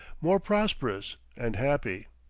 more prosperous and happy.